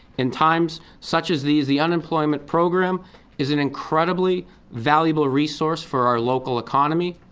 in times such as these, the unemployment program is an incredibly valuable resource for our local economy,